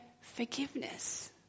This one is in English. forgiveness